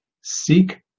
Seek